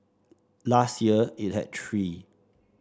last year it had three